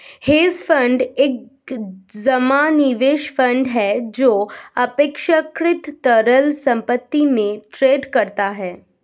hedge fund एक जमा निवेश फंड है जो अपेक्षाकृत तरल संपत्ति में ट्रेड करता है